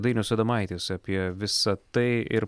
dainius adomaitis apie visa tai ir